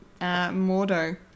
Mordo